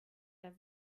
der